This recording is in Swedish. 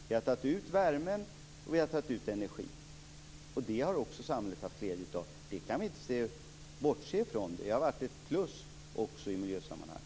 Vi har tagit ut värme och energi. Det har samhället haft glädje av. Det kan vi inte bortse från. Det har varit ett plus i miljösammanhang.